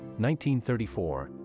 1934